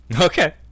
Okay